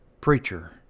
preacher